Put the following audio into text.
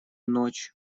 ночь